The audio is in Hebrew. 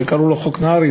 שקראו לו "חוק נהרי",